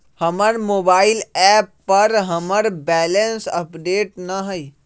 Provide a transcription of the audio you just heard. हमर mobile app पर हमर बैलेंस अपडेट न हई